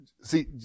See